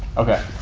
okay.